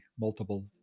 multiple